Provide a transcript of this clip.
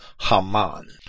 haman